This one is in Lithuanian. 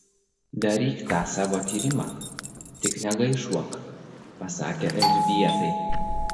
daryk tą savo tyrimą tik negaišuok pasakė elžbietai